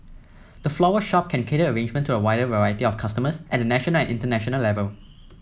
the floral shop can cater arrangement to a wider variety of customers at a national and international level